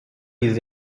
dieses